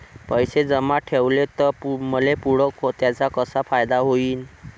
पैसे जमा ठेवले त मले पुढं त्याचा कसा फायदा होईन?